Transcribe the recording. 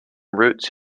roots